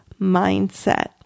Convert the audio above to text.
mindset